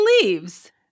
leaves